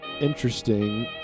interesting